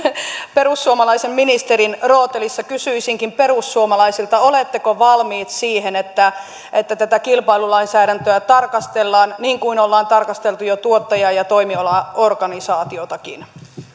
perussuomalaisen ministerin rootelissa kysyisinkin perussuomalaisilta oletteko valmiit siihen että että tätä kilpailulainsäädäntöä tarkastellaan niin kuin on tarkasteltu jo tuottaja ja toimialaorganisaatiotakin